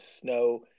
snow